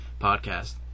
podcast